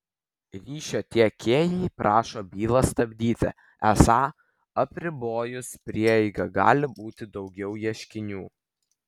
ryšio tiekėjai prašo bylą stabdyti esą apribojus prieigą gali būti daugiau ieškinių